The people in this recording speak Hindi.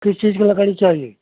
किस चीज़ का लकड़ी चाहिए